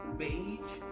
beige